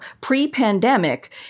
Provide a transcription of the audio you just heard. pre-pandemic